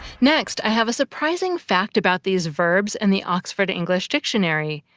next, i have a surprising fact about these verbs and the oxford english dictionary,